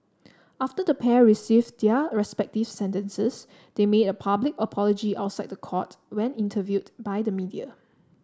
after the pair received their respective sentences they made a public apology outside the court when interviewed by the media